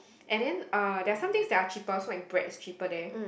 and then uh there are some things that are cheaper so like bread is cheaper there